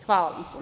Hvala.